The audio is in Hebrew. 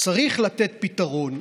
צריך לתת פתרון.